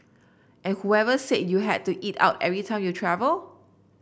and whoever said you had to eat out every time you travel